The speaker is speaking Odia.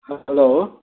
ହ ଜଗନ୍ନାଥ